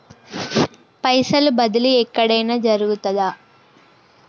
పైసల బదిలీ ఎక్కడయిన జరుగుతదా?